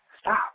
stop